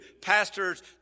pastors